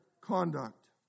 conduct